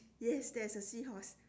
yes there's a seahorse